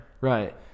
Right